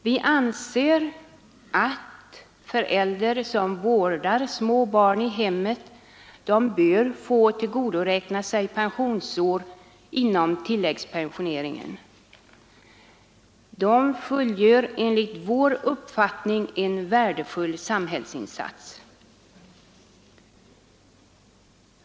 Vi tycker att föräldrar som vårdar småbarn i hemmet bör få tillgodoräkna sig pensionsår inom tilläggspensioneringen. Enligt vår mening fullgör de en värdefull samhällsinsats.